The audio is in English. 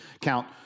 count